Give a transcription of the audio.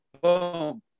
boom